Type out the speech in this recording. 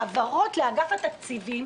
העברות לאגף התקציבים